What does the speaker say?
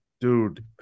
dude